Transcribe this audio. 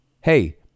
hey